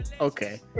Okay